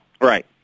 Right